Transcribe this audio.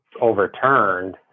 overturned